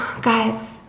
Guys